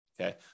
Okay